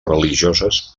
religioses